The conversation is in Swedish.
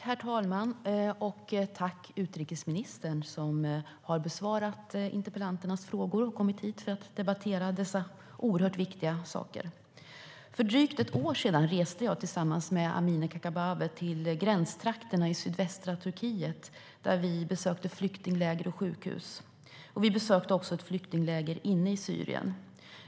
Herr talman! Jag vill tacka utrikesministern som har besvarat interpellanternas frågor och kommit hit för att debattera dessa oerhört viktiga saker. För drygt ett år sedan reste jag, tillsammans med Amineh Kakabaveh, till gränstrakterna i sydvästra Turkiet där vi besökte flyktingläger och sjukhus. Vi besökte också ett flyktingläger inne i Syrien.